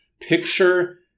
Picture